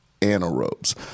anaerobes